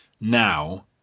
now